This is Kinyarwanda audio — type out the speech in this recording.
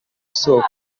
isoko